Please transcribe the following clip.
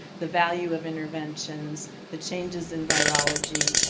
the value of interventions, the changes in virology,